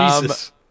Jesus